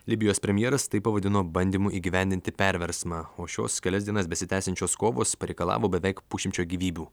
libijos premjeras tai pavadino bandymu įgyvendinti perversmą o šios kelias dienas besitęsiančios kovos pareikalavo beveik pusšimčio gyvybių